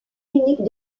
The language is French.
unique